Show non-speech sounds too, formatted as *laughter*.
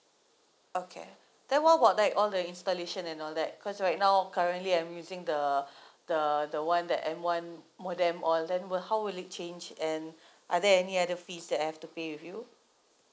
okay then what about like all the installation and all that cause right now currently I'm using the *breath* the the one that M one modem or then will how will it change and *breath* are there any other fees that I have to pay with you